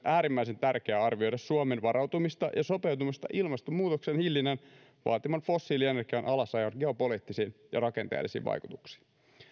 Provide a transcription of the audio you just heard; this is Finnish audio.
äärimmäisen tärkeää arvioida suomen varautumista ja sopeutumista ilmastonmuutoksen hillinnän vaatiman fossiilienergian alasajon geopoliittisiin ja rakenteellisiin vaikutuksiin